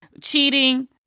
Cheating